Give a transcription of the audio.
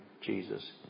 Jesus